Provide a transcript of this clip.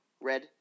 Red